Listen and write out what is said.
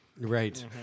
right